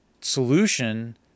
solution